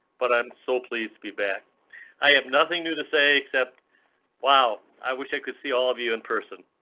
but i'm so pleased to be back i have nothing new to say except wow. i wish i could see all of you in person.